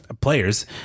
Players